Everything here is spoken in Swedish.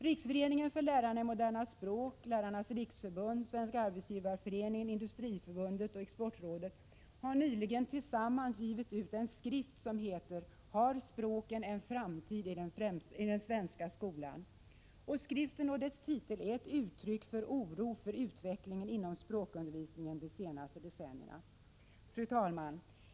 Riksföreningen för lärarna i moderna språk, Lärarnas riksförbund, Svenska arbetsgivareföreningen, Industriförbundet och Exportrådet har nyligen tillsammans givit ut en skrift som heter ”Har språken en framtid i den svenska skolan?” . Skriften och dess titel är ett uttryck för oro för utvecklingen inom språkundervisningen under de senaste decennierna. Fru talman!